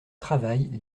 travaille